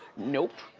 nope.